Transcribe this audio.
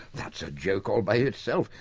that's a joke all by itself.